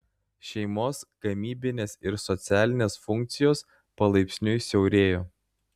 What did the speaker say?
šeimos gamybinės ir socialinės funkcijos palaipsniui siaurėjo